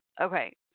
Okay